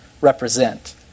represent